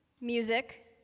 music